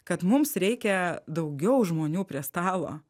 kad mums reikia daugiau žmonių prie stalo